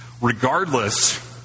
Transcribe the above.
regardless